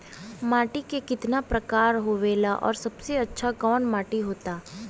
माटी के कितना प्रकार आवेला और सबसे अच्छा कवन माटी होता?